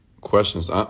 Questions